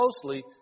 closely